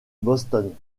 boston